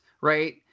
right